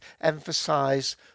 emphasize